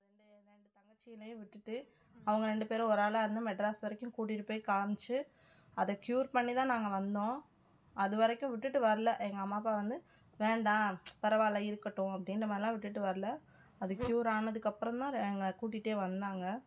எங்கள் தங்கச்சிங்களையும் விட்டுவிட்டு அவங்க ரெண்டு பேரும் ஒராளாக இருந்து மெட்ராஸ் வரைக்கும் கூட்டிகிட்டு போய் காமிச்சு அதை க்யூர் பண்ணி தான் நாங்கள் வந்தோம் அது வரைக்கும் விட்டுவிட்டு வர்லை எங்கள் அம்மா அப்பா வந்து வேண்டாம் பரவாயில்லை இருக்கட்டும் அப்படின்ற மாதிரிலாம் விட்டுவிட்டு வர்லை அது க்யூர் ஆனதுக்கு அப்புறந்தான் எங்களை கூட்டிகிட்டே வந்தாங்க